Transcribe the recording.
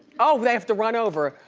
oh, they have to run over.